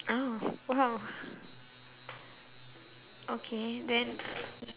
oh !wow! okay then